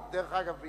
דרך אגב,